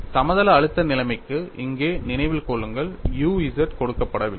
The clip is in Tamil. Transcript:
சமதள அழுத்த நிலைமைக்கு இங்கே நினைவில் கொள்ளுங்கள் u z கொடுக்கப்படவில்லை